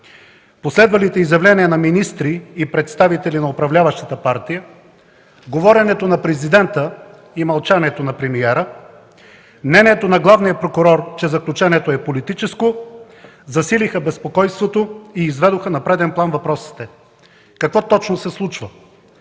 Последвалите изявления на министри и представители на управляващата партия, говоренето на президента, мълчанието на премиера, мнението на главния прокурор, че заключението е политическо, засилиха безпокойството и изведоха на преден план въпросите: какво точно се случва,